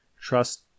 trust